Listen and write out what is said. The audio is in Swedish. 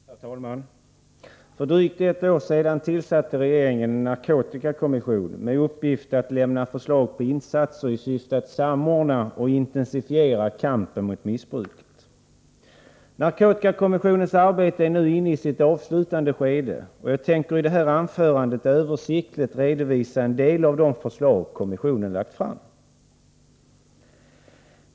Herr talman! För drygt ett år sedan tillsatte regeringen en narkotikakommission med uppgift att lämna förslag om insatser i syfte att samordna och intensifiera kampen mot missbruket. Narkotikakommissionens arbete är nu inne i sitt avslutande skede, och jag tänker i det här anförandet översiktligt redovisa en del av de förslag som kommissionen lagt fram.